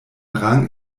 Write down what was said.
rang